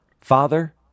Father